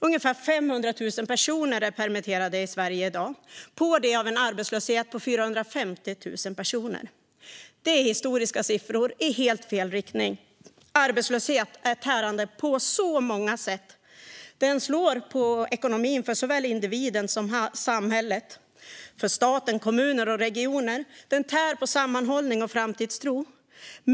Ungefär 500 000 personer i Sverige är permitterade i dag. På det finns en arbetslöshet om 450 000 personer. Det är historiska siffror i helt fel riktning. Arbetslöshet tär på så många sätt. Den slår mot ekonomin för såväl individen som samhället, staten, kommunerna och regionerna. Den tär på sammanhållning och framtidstro.